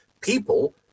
people